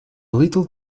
little